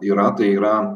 yra tai yra